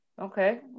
okay